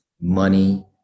money